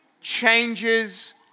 Changes